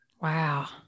Wow